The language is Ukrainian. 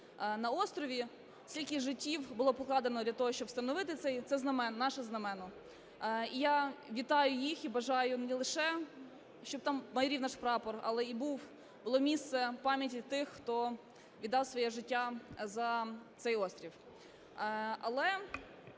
на острові, скільки життів було покладено для того, щоб встановити це знамено, наше знамено. І я вітаю їх. І бажаю не лише, щоб там майорів наш прапор, але і було місце пам'яті тих, хто віддав своє життя за цей острів.